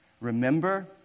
Remember